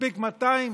מספיק 200?